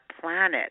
planet